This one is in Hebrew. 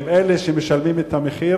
הם אלה שמשלמים את המחיר.